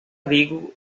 digo